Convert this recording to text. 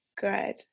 good